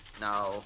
Now